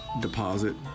deposit